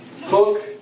Hook